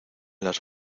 las